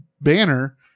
Banner